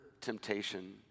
temptation